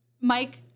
Mike